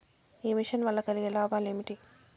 ఈ మిషన్ వల్ల కలిగే లాభాలు ఏమిటి?